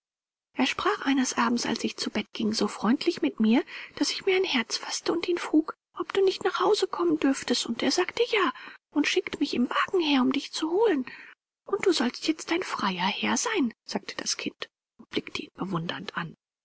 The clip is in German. er sprach eines abends als ich zu bett ging so freundlich mit mir daß ich mir ein herz faßte und ihn frug ob du nicht nach hause kommen dürftest und er sagte ja und schickt mich im wagen her um dich zu holen und du sollst jetzt dein freier herr sein sagte das kind und blickte ihn bewundernd an